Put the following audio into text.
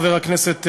חבר הכנסת רזבוזוב,